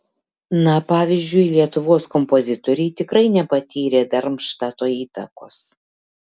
na pavyzdžiui lietuvos kompozitoriai tikrai nepatyrė darmštato įtakos